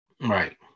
Right